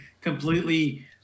completely